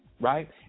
right